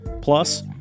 Plus